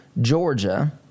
Georgia